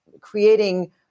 creating